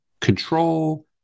control